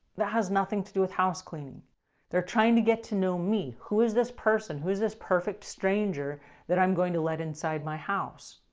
that has nothing to do with housecleaning. they're trying to get to know me. who is this person? who is this perfect stranger that i'm going to let inside my house?